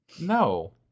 No